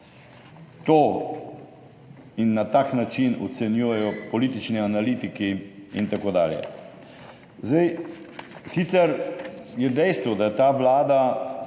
To in na tak način ocenjujejo politični analitiki in tako dalje. Zdaj, sicer je dejstvo, da je ta Vlada